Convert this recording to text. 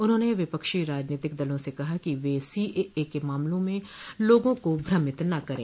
उन्होंने विपक्षी राजनीतिक दलों से कहा कि वे सीएए के मामले में लोगों को भ्रमित न करें